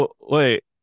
wait